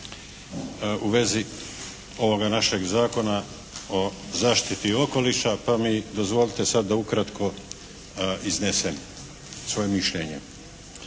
u vezi ovoga našeg Zakona o zaštiti okoliša pa mi dozvolite sad da ukratko iznesem svoje mišljenje.